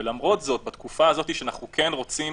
ולמרות זאת, בתקופה הזאת שאנחנו כן רוצים